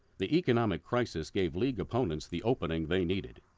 the economic crisis gave league opponents the opening they needed.